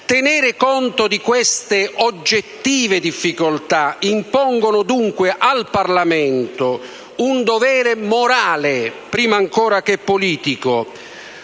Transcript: attraversando. Queste oggettive difficoltà impongono dunque al Parlamento un dovere morale, prima ancora che politico: